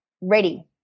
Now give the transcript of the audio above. ready